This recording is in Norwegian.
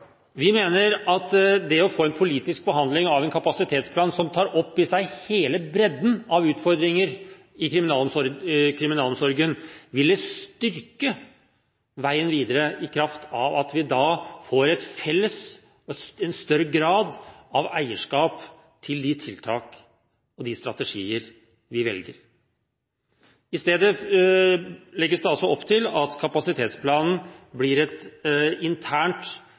Vi mener at det å få en politisk behandling av en kapasitetsplan som tar opp i seg hele bredden av utfordringer i kriminalomsorgen, ville styrke veien videre, i kraft av at vi da får større grad av eierskap til de tiltak og strategier vi velger. I stedet legges det opp til at kapasitetsplanen blir et internt,